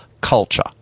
culture